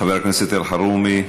חבר הכנסת אלחרומי,